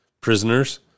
prisoners